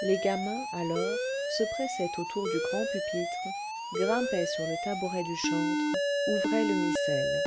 les gamins alors se pressaient autour du grand pupitre grimpaient sur le tabouret du chantre ouvraient le missel